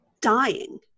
dying